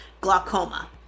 glaucoma